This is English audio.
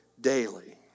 daily